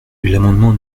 l’amendement